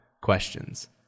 Questions